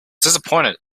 disappointed